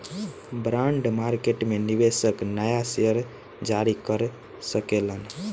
bond market में निवेशक नाया शेयर जारी कर सकेलन